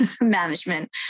management